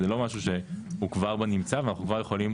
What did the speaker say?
זה לא משהו שהוא כבר בנמצא ואנחנו כבר יכולים